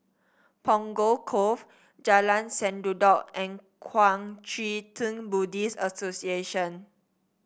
Punggol Cove Jalan Sendudok and Kuang Chee Tng Buddhist Association